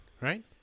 Right